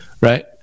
right